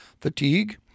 fatigue